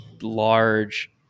large